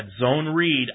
zone-read